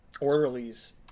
orderlies